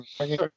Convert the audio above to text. Okay